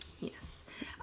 yes